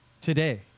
today